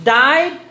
died